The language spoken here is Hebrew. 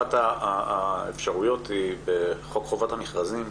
אחת האפשרויות בחוק חובת המרכזים,